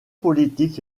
politiques